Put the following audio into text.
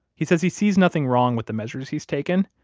he says he sees nothing wrong with the measures he's taken.